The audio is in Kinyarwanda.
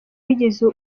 bigize